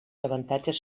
avantatges